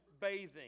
bathing